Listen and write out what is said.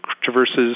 traverses